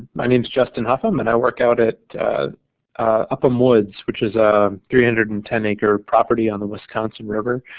my name is justin hougham, and i work out at upham woods which is a three hundred and ten acre property on the wisconsin river,